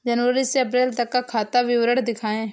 जनवरी से अप्रैल तक का खाता विवरण दिखाए?